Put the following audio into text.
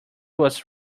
was